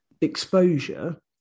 exposure